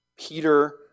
Peter